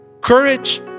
Courage